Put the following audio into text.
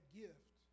gift